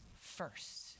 first